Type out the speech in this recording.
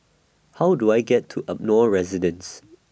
How Do I get to Ardmore Residence